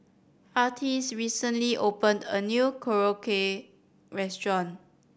Artis recently opened a new Korokke Restaurant